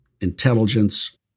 intelligence